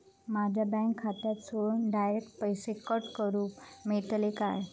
माझ्या बँक खात्यासून डायरेक्ट पैसे कट करूक मेलतले काय?